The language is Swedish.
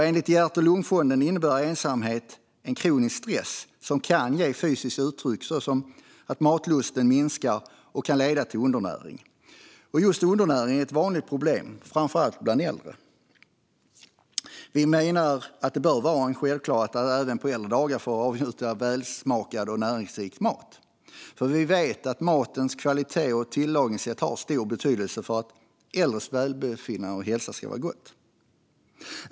Enligt Hjärt-Lungfonden innebär ensamhet en kronisk stress som kan ge fysiska uttryck som att matlusten minskar och kan leda till undernäring. Och just undernäring är ett vanligt problem framför allt bland äldre. Vi menar att det bör vara en självklarhet att man även på äldre dagar får avnjuta välsmakande och näringsrik mat. Vi vet nämligen att matens kvalitet och tillagningssätt har stor betydelse för de äldres välbefinnande och hälsa.